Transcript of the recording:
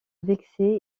vexé